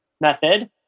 method